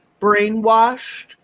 brainwashed